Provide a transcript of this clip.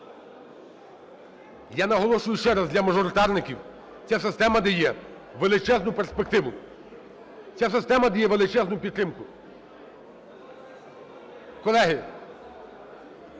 Я наголошую ще раз для мажоритарників: ця система дає величезну перспективу, ця система дає величезну підтримку. Колеги,